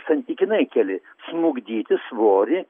santykinai keli smukdyti svorį